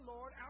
Lord